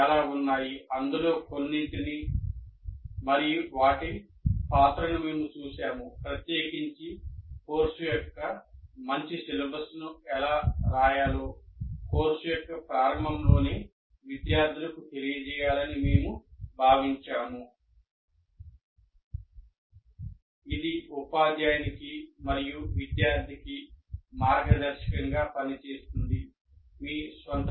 చాలా ఉన్నాయి మరియు వాటిలో కొన్నింటిని మరియు వారి పాత్రను మేము చూశాము ప్రత్యేకించి కోర్సు యొక్క మంచి సిలబస్ను ఎలా రాయాలో కోర్సు యొక్క ప్రారంభంలోనే విద్యార్థులకు తెలియజేయాలని మేము భావించాము ఇది ఉపాధ్యాయునికి మార్గదర్శకంగా పనిచేస్తుంది అలాగే విద్యార్థి